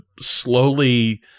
slowly